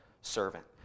servant